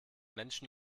menschen